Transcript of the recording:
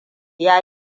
ya